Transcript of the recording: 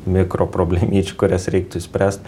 mikro problemyčių kurias reiktų išspręst